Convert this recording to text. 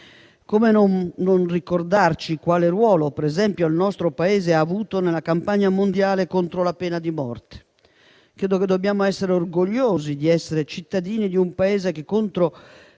Come non ricordarci quale ruolo il nostro Paese ha avuto nella campagna mondiale contro la pena di morte? Dobbiamo essere orgogliosi di essere cittadini di un Paese che contro